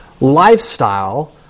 lifestyle